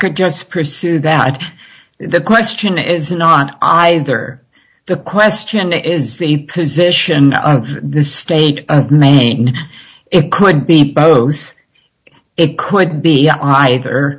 could just pursue that the question is not on either the question is the position of the state it could be both it could be either